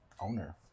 owner